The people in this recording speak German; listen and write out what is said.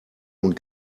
und